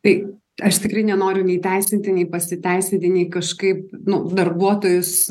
tai aš tikrai nenoriu nei teisinti nei pasiteisinti nei kažkaip nu darbuotojus